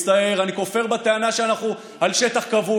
מצטער, אני כופר בטענה שאנחנו על שטח כבוש.